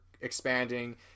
expanding